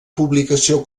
publicació